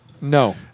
No